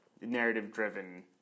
narrative-driven